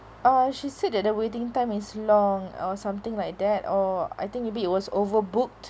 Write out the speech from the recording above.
uh she said that the waiting time is long or something like that or I think maybe it was overbooked